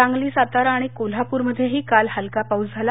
सांगली सातारा आणि कोल्हाप्रमध्ये काल हलका पाऊस झाला